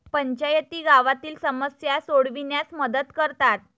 पंचायती गावातील समस्या सोडविण्यास मदत करतात